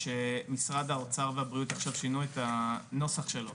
שמשרד האוצר והבריאות עכשיו שינו את הנוסח שלו,